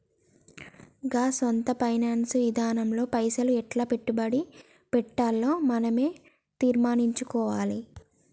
గా సొంత ఫైనాన్స్ ఇదానంలో పైసలు ఎట్లా పెట్టుబడి పెట్టాల్నో మనవే తీర్మనించుకోవాల